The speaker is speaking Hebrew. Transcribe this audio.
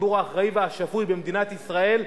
הציבור האחראי והשפוי במדינת ישראל,